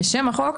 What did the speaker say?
בשם החוק,